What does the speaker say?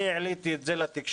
אני העליתי את זה לתקשורת